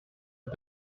est